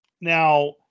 Now